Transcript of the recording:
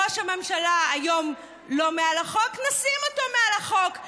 ראש הממשלה היום לא מעל החוק, נשים אותו מעל החוק.